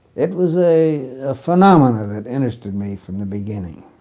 it was a ah phenomenon that interested me from the beginning.